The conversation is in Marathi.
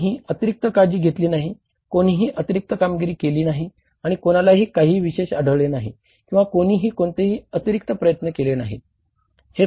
कोणीही अतिरिक्त काळजी घेतली नाही कोणीही अतिरिक्त कामगिरी केली नाही आणि कोणालाही काही विशेष आढळले नाही किंवा कोणीही कोणतेही अतिरिक्त प्रयत्न केले नाहीत